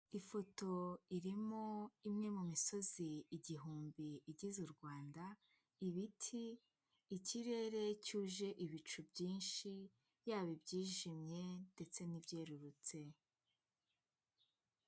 Ifoto irimo imwe mu misozi igihumbi igize u Rwanda, ibiti, ikirere cyuje ibicu byinshi, yaba ibyijimye ndetse n'ibyerurutse.